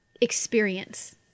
experience